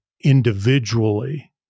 individually